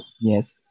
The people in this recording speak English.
Yes